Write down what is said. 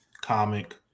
comic